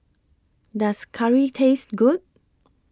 Does Curry Taste Good